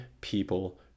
people